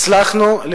הצלחנו,